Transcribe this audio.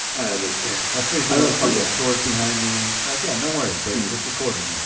i understand. estee's doing fucking chores behind me. like yeah, no worries, babe, i'm just recording here.